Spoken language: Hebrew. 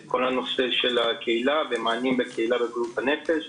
כל הנושא של הקהילה ומענים של הקהילה בבריאות הנפש.